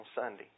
Sunday